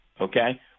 okay